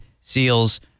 Seals